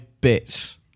bits